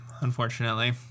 unfortunately